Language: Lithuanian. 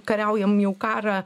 kariaujam jau karą